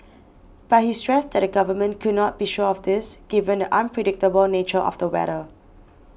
but he stressed that the government could not be sure of this given the unpredictable nature of the weather